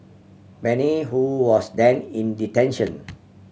Bani who was then in detention